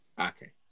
Okay